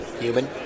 Human